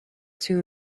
two